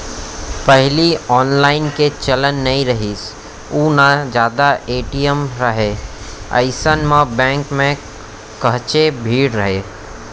पहिली ऑनलाईन के चलन नइ रिहिस अउ ना जादा ए.टी.एम राहय अइसन म बेंक म काहेच भीड़ राहय